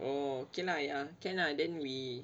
oh K lah ya can lah then we